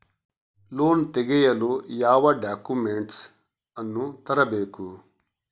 Loan ತೆಗೆಯಲು ಯಾವ documents ಅನ್ನು ತರಬೇಕು?